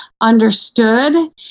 understood